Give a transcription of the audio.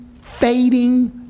fading